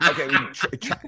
okay